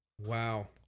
Wow